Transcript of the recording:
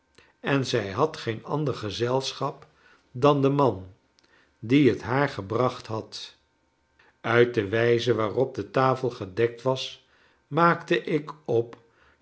en zij had geen ander gezelschap dan den man die het haar gebracht had uit de wijze waarop de tafel gedekt was maakte ik op